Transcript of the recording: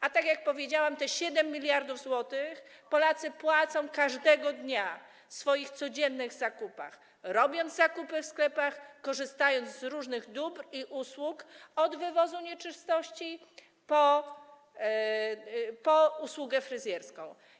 A tak jak powiedziałam, 7 mld zł Polacy płacą każdego dnia w swoich codziennych zakupach: robiąc zakupy w sklepach, korzystając z różnych dóbr i usług od wywozu nieczystości po usługę fryzjerską.